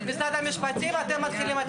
זה מספיק, תודה רבה.